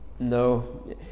no